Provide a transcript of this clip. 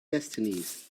destinies